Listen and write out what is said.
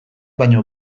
baino